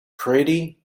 pretty